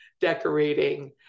decorating